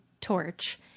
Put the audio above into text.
torch